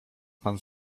pan